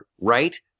Right